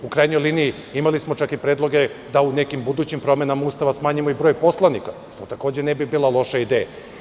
U krajnjoj liniji imali smo čak i predloge da u nekim budućim promenama Ustava smanjimo i broj poslanika, što takođe ne bi bila loša ideja.